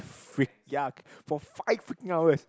freak ya for five freaking hours